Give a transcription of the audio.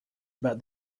about